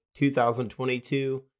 2022